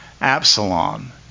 Absalom